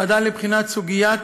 ועדה לבחינת סוגיית